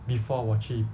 before 我去